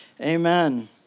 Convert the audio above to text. Amen